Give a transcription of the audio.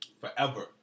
Forever